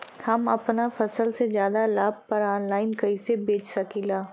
हम अपना फसल के ज्यादा लाभ पर ऑनलाइन कइसे बेच सकीला?